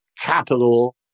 capital